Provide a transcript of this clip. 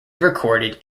recorded